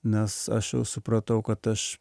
nes aš jau supratau kad aš